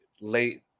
late